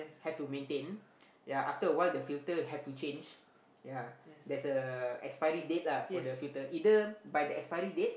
had to maintain ya after a while the filter have to change ya there's a expiry date lah for the filter either by the expiry date